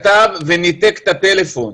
וגם ניתק את הטלפון.